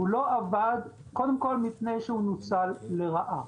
זה לא עבד קודם כל מפני שזה נוצל לרעה.